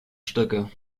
stücke